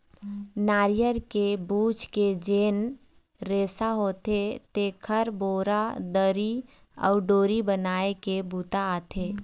नरियर के बूच के जेन रेसा होथे तेखर बोरा, दरी अउ डोरी बनाए के बूता आथे